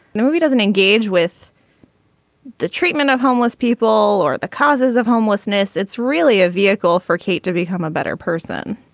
the movie doesn't engage with the treatment of homeless people or the causes of homelessness. it's really a vehicle for kate to become a better person